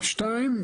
שתיים,